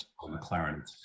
McLaren